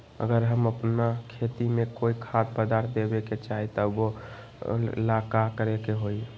अगर हम अपना खेती में कोइ खाद्य पदार्थ देबे के चाही त वो ला का करे के होई?